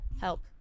Help